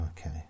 Okay